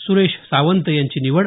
सुरेश सावंत यांची निवड